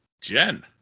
Jen